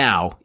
Now